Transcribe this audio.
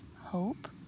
hope